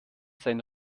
sein